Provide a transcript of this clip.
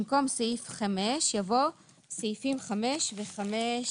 במקום "סעיף 5" יבוא "סעיפים 5 ו-5א".